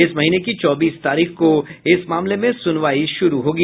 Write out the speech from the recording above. इस महीने की चौबीस तारीख को इस मामले में सुनवाई शुरू होगी